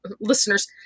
listeners